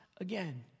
again